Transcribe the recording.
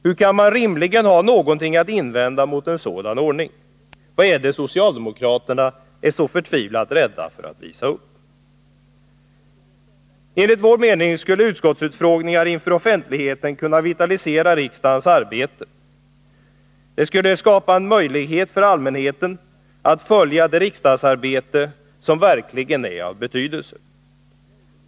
Hur kan man rimligen ha någonting att invända mot en sådan ordning? Vad är det socialdemokraterna är så förtvivlat rädda för att visa upp? Enligt vår mening skulle utskottsutfrågningar inför offentligheten kunna vitalisera riksdagens arbete. De skulle skapa en möjlighet för allmänheten att följa det riksdagsarbete som verkligen är av betydelse.